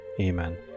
Amen